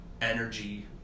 energy